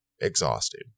exhausting